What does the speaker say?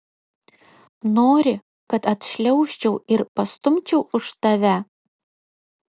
nori kad atšliaužčiau ir pastumčiau už tave